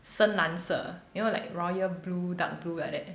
深蓝色 you know like royal blue dark blue like that